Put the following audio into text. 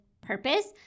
purpose